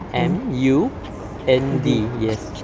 m u n d, yes.